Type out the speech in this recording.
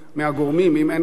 אם אין פה סוד מדינה.